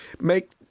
make